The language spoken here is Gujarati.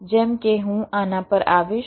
જેમ કે હું આના પર આવીશ